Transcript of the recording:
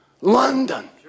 London